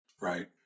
Right